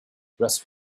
rest